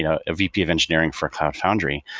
you know a vp of engineering for cloud foundry,